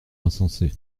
insensé